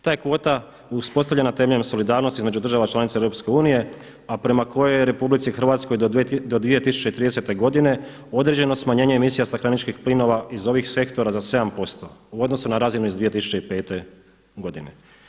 Ta je kvota uspostavljena temelju solidarnosti između država članica EU, a prema kojoj je RH do 2030. godine određeno smanjenje emisija stakleničkih plinova iz ovih sektora za 7% u odnosu na razinu iz 2005. godine.